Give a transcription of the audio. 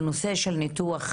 ניתוח